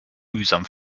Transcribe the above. mühsam